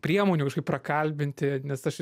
priemonių kažkaip prakalbinti nes aš